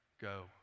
go